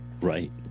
Right